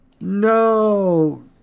No